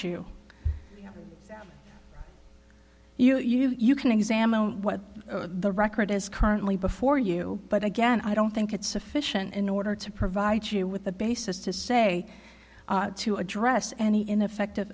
to you that you can examine what the record is currently before you but again i don't think it's sufficient in order to provide you with a basis to say to address any ineffective